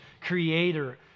creator